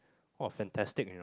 oh fantastic you know